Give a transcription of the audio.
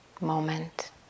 moment